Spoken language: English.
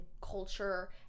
culture